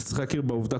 צריך להכיר בעובדה,